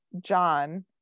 John